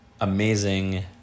amazing